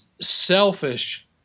selfish